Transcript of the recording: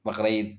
Bakrid